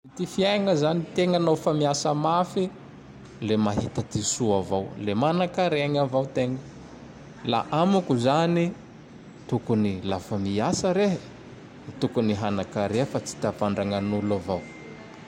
Ty fiaigna zany tegna nao fa miasa mafy; le mahita ty soa avao; le manakariagne avao tegna. La amiko zany, tokony lafa miasa rehe, tokony hanakarea fa tsy tavandra gnan'olo avao.